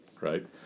Right